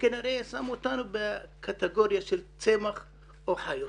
כנראה שם אותנו בקטגוריה של צמח או חיות.